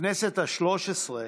בכנסת השלוש-עשרה